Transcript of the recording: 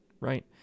right